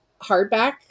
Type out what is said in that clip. hardback